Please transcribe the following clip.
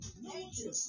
nature